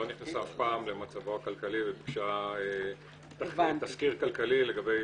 לא נכנסה אף פעם למצבו הכלכלי וביקשה תסקיר כלכלי לגבי